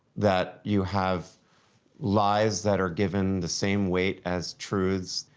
that you have lies that are given the same weight as truths,